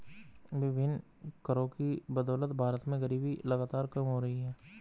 विभिन्न करों की बदौलत भारत में गरीबी लगातार कम हो रही है